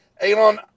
Elon